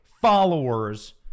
followers